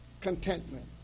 Contentment